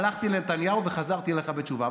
הלכתי לנתניהו וחזרתי אליך עם תשובה.